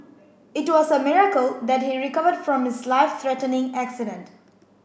it was a miracle that he recovered from his life threatening accident